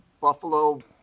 buffalo